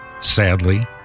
sadly